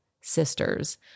sisters